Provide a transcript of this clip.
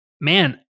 man